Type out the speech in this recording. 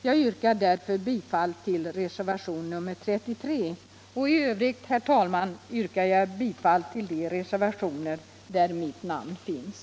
Jag yrkar därför bifall till reservationen 33 och i övrigt till de reservationer där mitt namn finns.